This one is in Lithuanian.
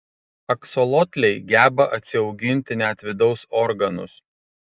aksolotliai geba atsiauginti net vidaus organus